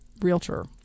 realtor